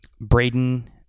Braden